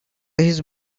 his